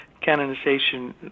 canonization